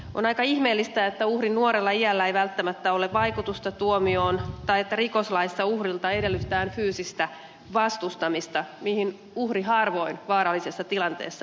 on aika ihmeellistä että uhrin nuorella iällä ei välttämättä ole vaikutusta tuomioon tai että rikoslaissa uhrilta edellytetään fyysistä vastustamista mihin uhri harvoin vaarallisessa tilanteessa pystyy